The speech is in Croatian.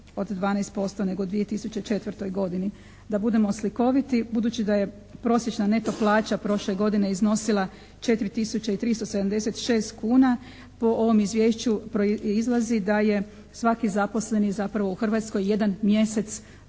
od 12% nego 2004. godini. Da budemo slikoviti budući da je prosječna neto plaća prošle godine iznosila 4 tisuće i 376 kuna po ovom izvješću proizlazi da je svaki zaposleni zapravo u Hrvatskoj jedan mjesec